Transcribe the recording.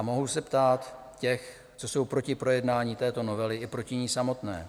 Mohu se ptát těch, co jsou proti projednání této novely i proti ní samotné: